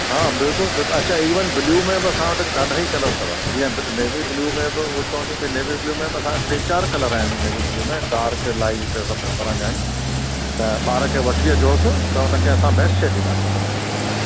हा बिल्कुलु बिल्कुलु अच्छा ईवन ब्लू में बि असां वटि ॾाढा ई कलर अथव जीअं नेवी ब्लू में बि उहो चवंदी नेवी ब्लू में चारि कलर आहिनि नेवी ब्लू में डार्क लाइट सभु तरह जा आहिनि ऐं ॿार खे वठी अचोसि त हुन खे असां बेस्ट ॾींदासीं पंहिंजी तरफ़ां